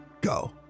go